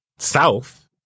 south